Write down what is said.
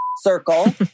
circle